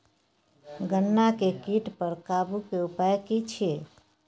गन्ना के कीट पर काबू के उपाय की छिये?